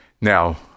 Now